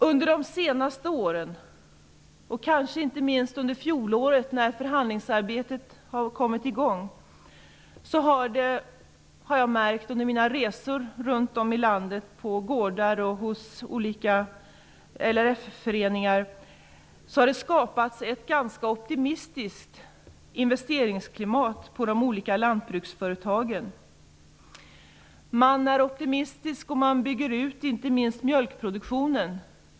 Under de senaste åren, och kanske inte minst under fjolåret, då förhandlingsarbetet har pågått har jag vid mina resor runt om i landet på gårdar och hos olika LRF-föreningar märkt att det har skapats ett ganska optimistiskt investeringsklimat på de olika lantbruksföretagen. Man är optimistisk, och man bygger framför allt ut mjölkproduktionen.